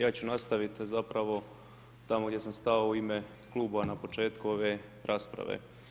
Ja ću nastavit zapravo tamo gdje sam stao u ime kluba na početku ove rasprave.